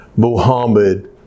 Muhammad